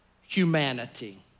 humanity